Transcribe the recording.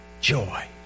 joy